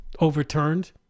overturned